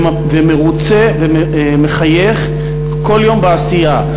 מרוצה ומחייך כל יום בעשייה.